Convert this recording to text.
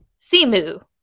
Simu